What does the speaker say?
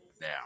now